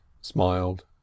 smiled